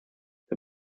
wir